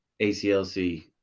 ACLC